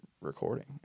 recording